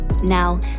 Now